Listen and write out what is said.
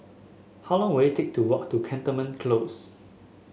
how long will it take to walk to Cantonment Close